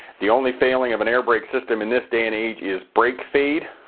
the only failing of an airbrake system in this day and age is brake fade.